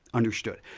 understood.